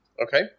Okay